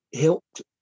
helped